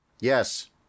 Yes